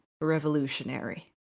revolutionary